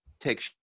take